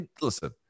listen